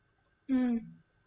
mm